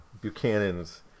Buchanan's